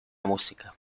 música